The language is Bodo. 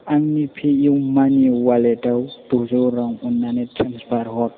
आंनि पे इउ मानि वालेटाव द'जौ रां अन्नानै ट्रेन्सफार हर